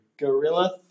Guerrilla